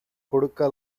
கொடுக்க